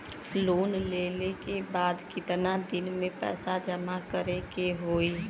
Loan लेले के बाद कितना दिन में पैसा जमा करे के होई?